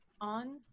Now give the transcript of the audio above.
On